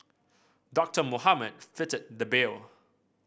Doctor Mohamed fitted the bill